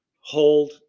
hold